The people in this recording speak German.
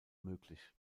möglich